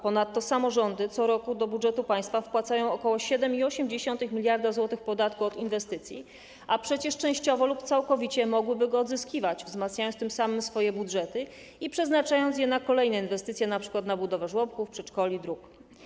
Ponadto samorządy co roku do budżetu państwa wpłacają ok. 7,8 mld zł podatku od inwestycji, a przecież częściowo lub całkowicie mogłyby go odzyskiwać, wzmacniając tym samym swoje budżety i przeznaczając je na kolejne inwestycje, np. na budowę żłobków, przedszkoli i dróg.